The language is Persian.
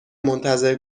منتظر